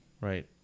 right